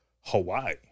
Hawaii